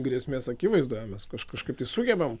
grėsmės akivaizdoje mes kaž kažkaip tai sugebam